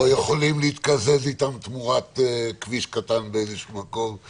יכולים להתקזז איתם תמורת כביש קטן באיזה מקום...